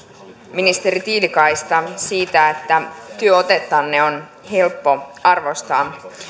ministeri tiilikaista siitä että työotettanne on helppo arvostaa